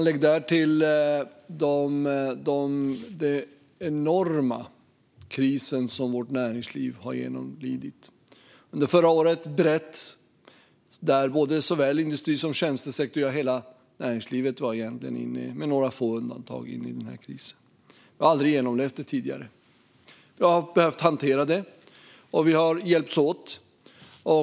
Lägg därtill den enorma kris vårt näringsliv har genomlidit. Under förra året slog den brett mot såväl industri som tjänstesektor. Ja, med några få undantag var hela näringslivet i kris. Vi har aldrig tidigare upplevt något liknande. Vi har behövt hantera det, och vi har hjälpts åt.